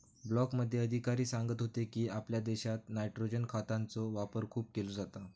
ब्लॉकमध्ये अधिकारी सांगत होतो की, आपल्या देशात नायट्रोजन खतांचो वापर खूप केलो जाता